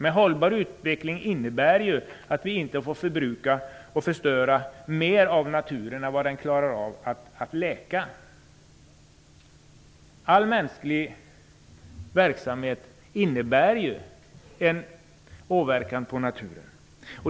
En hållbar utveckling innebär att vi inte får förbruka och förstöra mer i naturen än vad naturen klarar av att läka. All mänsklig verksamhet innebär ju en åverkan på naturen.